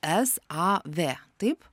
es a vė taip